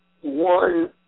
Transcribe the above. one